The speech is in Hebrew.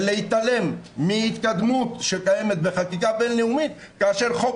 ולהתעלם מהתקדמות שקיימת בחקיקה בין-לאומית כאשר החוק